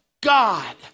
God